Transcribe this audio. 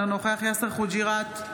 אינו נוכח יאסר חוג'יראת,